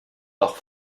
lag